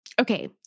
Okay